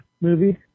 movie